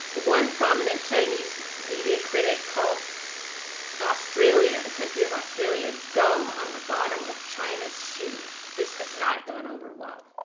one prominent chinese media critic called australia, the country of australia, australia, gum on the bottom of china's shoe. this has not gone over well.